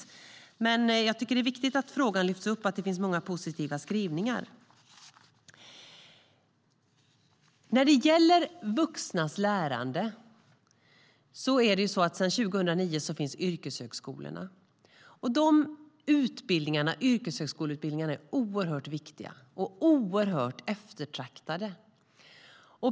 Jag tycker dock att det är viktigt att frågan lyfts upp och att det finns många positiva skrivningar. När det gäller vuxnas lärande finns yrkeshögskolorna sedan 2009. Yrkeshögskoleutbildningarna är oerhört viktiga och oerhört eftertraktade.